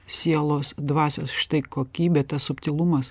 sielos dvasios štai kokybė tas subtilumas